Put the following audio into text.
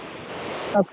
Okay